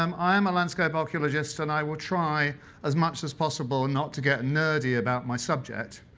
um i am a landscape archaeologist, and i will try as much as possible not to get nerdy about my subject.